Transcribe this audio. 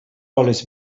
alles